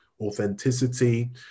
authenticity